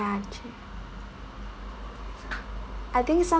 true I think someone